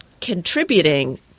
contributing